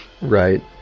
Right